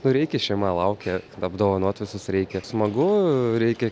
nu reikia šeima laukia apdovanot visus reikia smagu reikia